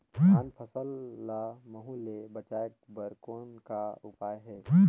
धान फसल ल महू ले बचाय बर कौन का उपाय हे?